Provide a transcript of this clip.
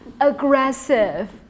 aggressive